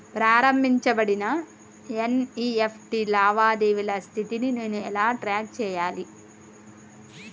ప్రారంభించబడిన ఎన్.ఇ.ఎఫ్.టి లావాదేవీల స్థితిని నేను ఎలా ట్రాక్ చేయాలి?